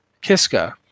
Kiska